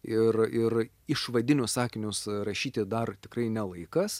ir ir išvadinius sakinius rašyti dar tikrai ne laikas